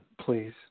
please